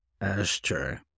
ashtray